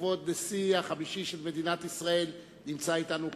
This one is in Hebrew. שכבוד הנשיא החמישי של מדינת ישראל נמצא אתנו כאן.